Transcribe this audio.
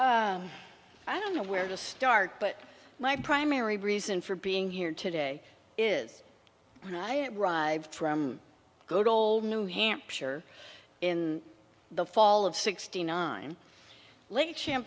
i don't know where to start but my primary reason for being here today is when i arrived from good old new hampshire in the fall of sixty nine lake champ